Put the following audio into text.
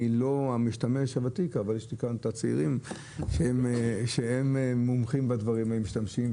אני לא משתמש אבל יש לי כאן את הצעירים שהם מומחים ומשתמשים,